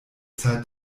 zeit